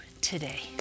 today